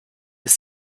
ist